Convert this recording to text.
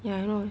yeah I know